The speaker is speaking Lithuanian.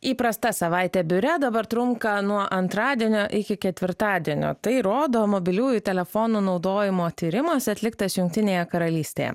įprasta savaitė biure dabar trunka nuo antradienio iki ketvirtadienio tai rodo mobiliųjų telefonų naudojimo tyrimas atliktas jungtinėje karalystėje